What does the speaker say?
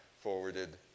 forwarded